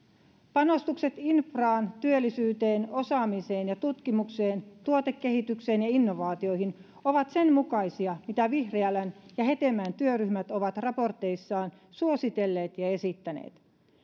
panostukset infraan työllisyyteen osaamiseen ja tutkimukseen tuotekehitykseen ja innovaatioihin ovat sen mukaisia mitä vihriälän ja hetemäen työryhmät ovat raporteissaan suositelleet ja esittäneet